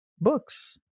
books